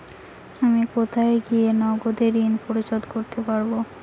আমি কোথায় গিয়ে নগদে ঋন পরিশোধ করতে পারবো?